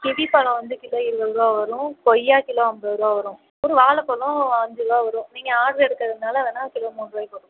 kiwi பழம் வந்து kilo இருபது ருபா வரும் கொய்யா கிலோ ஐம்பது ருபா வரும் ஒரு வாழைப்பழம் அஞ்சுருவா வரும் நீங்கள் ஆட்ரு எடுக்கிறதுனால வேணால் கிலோ மூன்றுவாய்க்கு போட்டு குடுக்